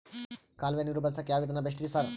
ಕಾಲುವೆ ನೀರು ಬಳಸಕ್ಕ್ ಯಾವ್ ವಿಧಾನ ಬೆಸ್ಟ್ ರಿ ಸರ್?